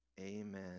Amen